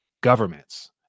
governments